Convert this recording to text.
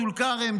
טול כרם,